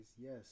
Yes